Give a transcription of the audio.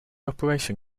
operation